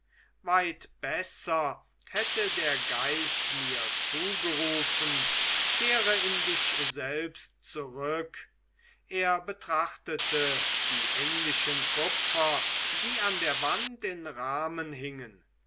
weit besser hätte der geist mir zugerufen kehre in dich selbst zurück er betrachtete die englischen kupfer die an der wand in rahmen hingen